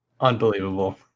unbelievable